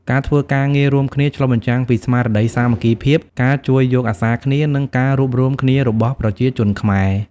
ការធ្វើការងាររួមគ្នាឆ្លុះបញ្ចាំងពីស្មារតីសាមគ្គីភាព ការជួយយកអាសាគ្នា និងការរួបរួមគ្នារបស់ប្រជាជនខ្មែរ។